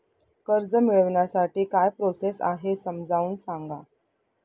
कर्ज मिळविण्यासाठी काय प्रोसेस आहे समजावून सांगा